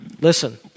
Listen